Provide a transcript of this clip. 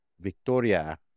Victoria